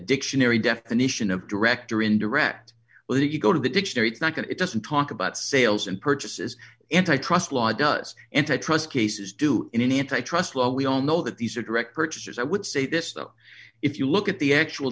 dictionary definition of direct or indirect well that you go to the dictionary it's not going to it doesn't talk about sales and purchases antitrust law does antitrust cases do in an antitrust law we all know that these are direct purchasers i would say this if you look at the actual